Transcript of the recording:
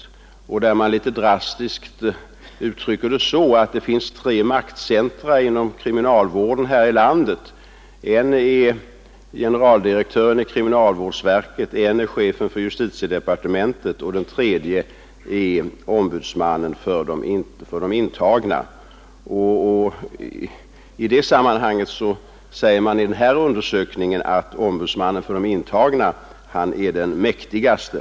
Där uttrycker man det litet drastiskt så, att det finns tre maktcentra inom kriminalvården här i landet, en är generaldirektören i kriminalvårdsverket, en är chefen för justitiedepartementet och en tredje är ombudsmannen för de anställda, och i det sammanhanget säger man i den här undersökningen att ombudsmannen för de anställda är den mäktigaste.